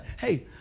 hey